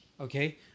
Okay